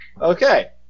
Okay